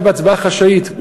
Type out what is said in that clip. הצבעה חשאית.